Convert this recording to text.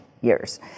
years